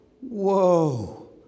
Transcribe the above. Whoa